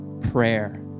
prayer